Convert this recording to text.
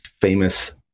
famous